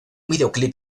videoclip